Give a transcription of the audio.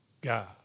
God